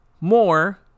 more